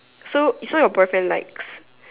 so so your boyfriend likes